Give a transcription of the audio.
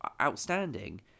outstanding